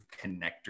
connector